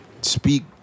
speak